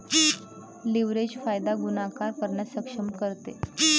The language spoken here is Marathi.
लीव्हरेज फायदा गुणाकार करण्यास सक्षम करते